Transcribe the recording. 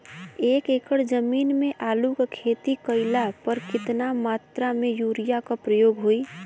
एक एकड़ जमीन में आलू क खेती कइला पर कितना मात्रा में यूरिया क प्रयोग होई?